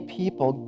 people